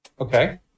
Okay